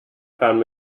found